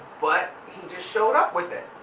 but he just showed up with it.